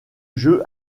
jeu